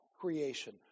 creation